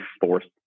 forced